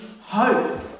hope